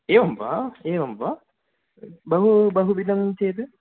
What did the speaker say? एवं वा एवं वा बहु बहु विधं चेत्